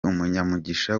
umunyamugisha